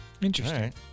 Interesting